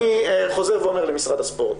אני חוזר ואומר למשרד הספורט,